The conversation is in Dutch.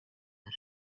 een